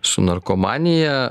su narkomanija